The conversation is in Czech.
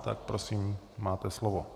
Tak prosím, máte slovo.